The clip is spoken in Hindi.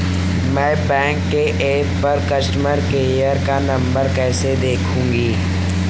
मैं बैंक के ऐप पर कस्टमर केयर का नंबर कैसे देखूंगी?